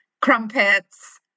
crumpets